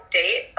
date